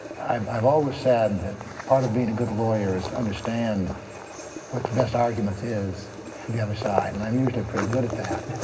i've always said that part of being a good lawyer is to understand what the best argument is for the other side. and i'm usually pretty good at that.